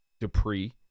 Dupree